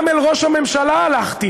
גם אל ראש הממשלה הלכתי,